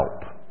help